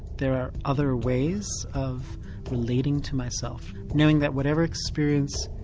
there are other ways of relating to myself knowing that whatever experience,